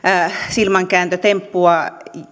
silmänkääntötemppua